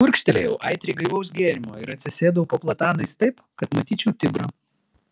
gurkštelėjau aitriai gaivaus gėrimo ir atsisėdau po platanais taip kad matyčiau tibrą